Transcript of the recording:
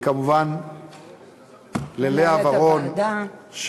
כמובן למנהלת הוועדה לאה ורון,